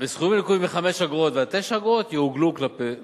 וסכומים הנקובים מ-5 אגורות ועד 9 אגורות יעוגלו כלפי מעלה.